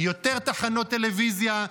יותר תחנות טלוויזיה,